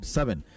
Seven